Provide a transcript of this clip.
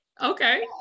okay